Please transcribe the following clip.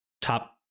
top